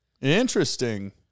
Interesting